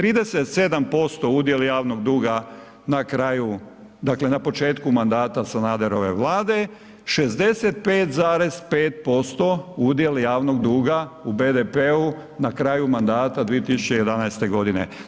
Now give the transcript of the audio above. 37% udjel javnog duga na kraju, dakle na početku mandata Sanaderove vlade, 65,5% udjel javnog duga u BDP-u na kraju mandata 2011. godine.